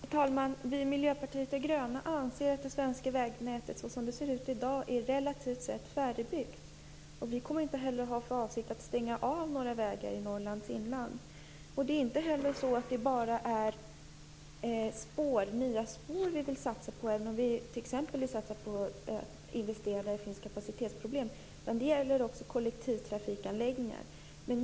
Fru talman! Vi i Miljöpartiet de gröna anser att det svenska vägnätet så som det ser ut i dag är relativt sett färdigbyggt. Vi kommer inte heller att ha för avsikt att stänga av några vägar i Norrlands inland. Det är inte heller så att det bara är nya spår vi vill satsa på, även om vi vill t.ex. investera där det finns kapacitetsproblem, utan även på kollketivtrafikanläggningar.